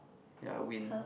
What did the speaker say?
ya wind